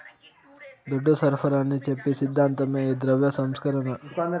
దుడ్డు సరఫరాని చెప్పి సిద్ధాంతమే ఈ ద్రవ్య సంస్కరణ